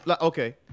Okay